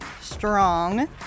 Strong